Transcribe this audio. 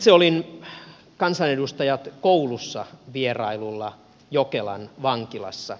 itse olin kansanedustajat kouluissa vierailulla jokelan vankilassa